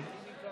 מזכירת